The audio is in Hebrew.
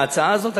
ההצעה הזאת,